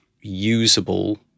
usable